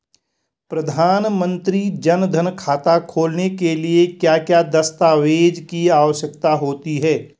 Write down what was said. प्रधानमंत्री जन धन खाता खोलने के लिए क्या क्या दस्तावेज़ की आवश्यकता होती है?